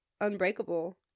Unbreakable